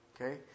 Okay